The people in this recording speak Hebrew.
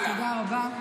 תודה רבה.